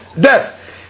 death